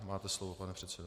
Máte slovo, pane předsedo.